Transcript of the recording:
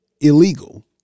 illegal